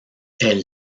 elle